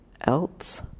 else